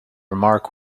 remark